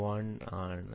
1 ആണ്